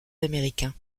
américains